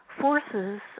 forces